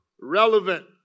relevant